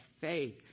faith